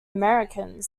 americans